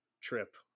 trip